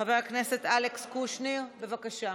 חבר הכנסת אלכס קושניר, בבקשה.